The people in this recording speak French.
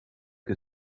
que